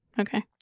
Okay